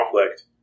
conflict